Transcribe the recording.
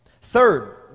Third